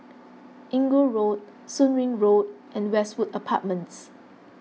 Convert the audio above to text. Inggu Road Soon Wing Road and Westwood Apartments